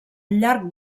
llarg